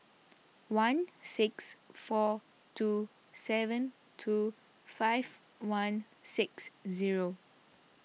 one six four two seven two five one six zero